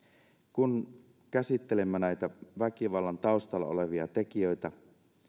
kun käsittelemme näitä väkivallan taustalla olevia tekijöitä